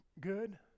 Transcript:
good